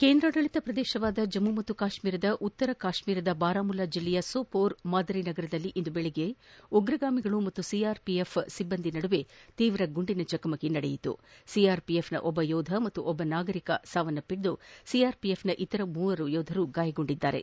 ಕೇಂದ್ರಾಡಳಿತ ಪ್ರದೇಶವಾಗಿರುವ ಜಮ್ಮು ಮತ್ತು ಕಾಶ್ಮೀರದ ಉತ್ತರ ಕಾಶ್ಮೀರದ ಬಾರಾಮುಲ್ಲಾ ಜಿಲ್ಲೆಯ ಸಪೋರೆ ಮಾದರಿ ನಗರದಲ್ಲಿ ಇಂದು ಬೆಳಗ್ಗೆ ಭಯೋತ್ವಾದಕರು ಹಾಗೂ ಸಿಆರ್ಪಿಎಫ್ ಸಿಬ್ಬಂದಿ ನಡುವೆ ತೀವ್ರ ಗುಂಡಿನ ಚಕಮಕಿ ನಡೆದಿದ್ದು ಸಿಆರ್ಪಿಎಫ್ನ ಓರ್ವ ಯೋಧ ಹಾಗೂ ಓರ್ವ ನಾಗರಿಕ ಸಾವನ್ನಪ್ಪಿದ್ದು ಸಿಆರ್ಪಿಎಫ್ನ ಇತರೆ ಮೂವರು ಗಾಯಗೊಂಡಿದ್ದಾರೆ